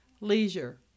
leisure